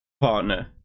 partner